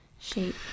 shape